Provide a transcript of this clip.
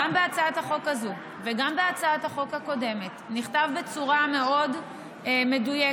גם בהצעת החוק הזאת וגם בהצעת החוק הקודמת נכתב בצורה מאוד מדויקת